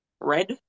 Red